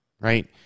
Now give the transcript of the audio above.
right